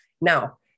Now